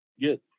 Good